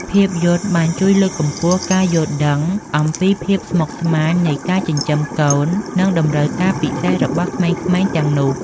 ភាពយន្តបានជួយលើកកម្ពស់ការយល់ដឹងអំពីភាពស្មុគស្មាញនៃការចិញ្ចឹមកូន និងតម្រូវការពិសេសរបស់ក្មេងៗទាំងនោះ។